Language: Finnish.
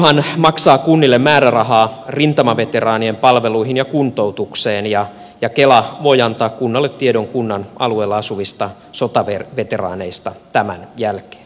valtiohan maksaa kunnille määrärahaa rintamaveteraanien palveluihin ja kuntoutukseen ja kela voi antaa kunnalle tiedon kunnan alueella asuvista sotaveteraaneista tämän jälkeen